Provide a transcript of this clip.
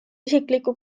isiklikku